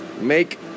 Make